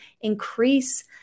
increase